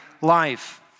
life